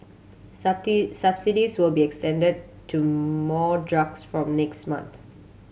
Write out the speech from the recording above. subsidies will be extended to more drugs from next month